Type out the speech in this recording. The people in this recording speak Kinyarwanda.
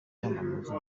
byamamaza